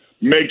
make